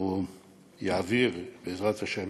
או יעביר, בעזרת השם,